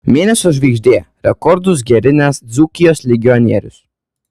mėnesio žvaigždė rekordus gerinęs dzūkijos legionierius